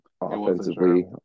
offensively